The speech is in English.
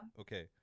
Okay